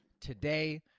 Today